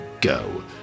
go